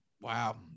Wow